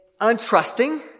untrusting